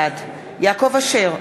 בעד יעקב אשר,